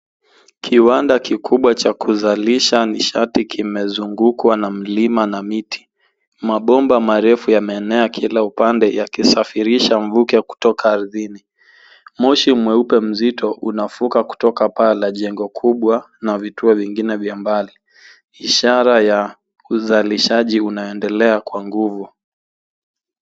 Kiwanda kikubwa cha kuzalisha nishati kimezungukwa na milima na miti. Mabomba marefu yameenea kila upande yakisafirisha mvuke kutoka ardhini. Moshi mweupe mzito unafuka kutoka paa la jengo kubwa na vituo vingine vya mbali, ishara ya uzalishaji unaendela kwa nguvu.